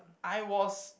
I was